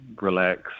relax